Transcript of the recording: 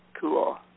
cool